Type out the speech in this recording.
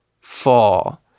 fall